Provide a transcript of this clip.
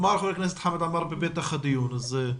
אמר חבר הכנסת חמד עמאר בפתח הדיון הזה,